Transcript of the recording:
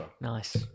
Nice